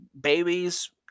babies